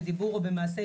בדיבור או במעשה,